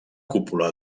cúpula